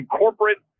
corporate